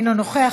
אינו נוכח,